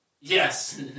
Yes